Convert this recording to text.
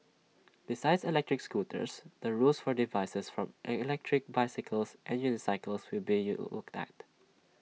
besides electric scooters the rules for devices from electric bicycles and unicycles will be looked at